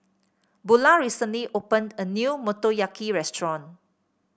Bulah recently opened a new Motoyaki Restaurant